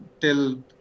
till